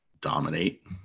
dominate